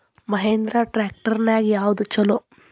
Mahindra tractor ನ್ಯಾಗ ಯಾವ್ದ ಛಲೋ?